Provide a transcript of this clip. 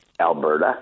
Alberta